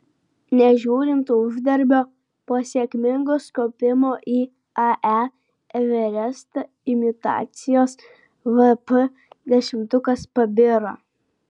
nežiūrint uždarbio po sėkmingos kopimo į ae everestą imitacijos vp dešimtukas pabiro